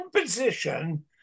position